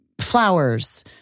flowers